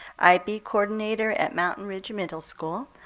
ib coordinator at mountain ridge middle school,